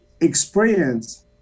experience